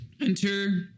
enter